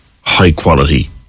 high-quality